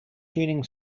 tuning